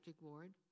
ward